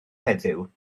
heddiw